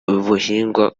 buhingwa